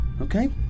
okay